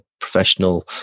professional